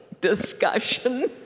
Discussion